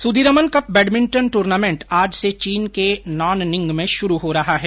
Sudirman Cup badminton tournament आज से चीन के नाननिंग में शुरू हो रहा है